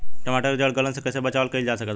टमाटर के जड़ गलन से कैसे बचाव कइल जा सकत बा?